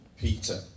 Peter